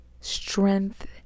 strength